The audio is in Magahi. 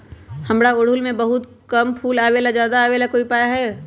हमारा ओरहुल में बहुत कम फूल आवेला ज्यादा वाले के कोइ उपाय हैं?